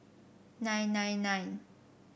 nine nine nine